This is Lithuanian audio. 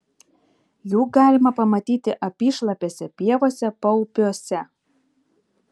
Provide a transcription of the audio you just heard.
jų galima pamatyti apyšlapėse pievose paupiuose